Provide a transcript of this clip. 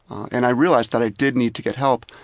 and i realized that i did need to get help